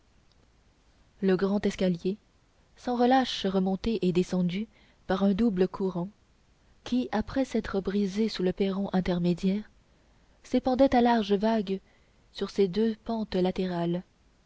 le grand escalier sans relâche remonté et descendu par un double courant qui après s'être brisé sous le perron intermédiaire s'épandait à larges vagues sur ses deux pentes latérales